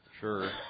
Sure